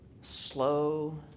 slow